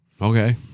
Okay